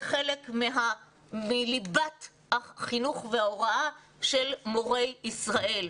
זה חלק מליבת החינוך וההוראה של מורי ישראל.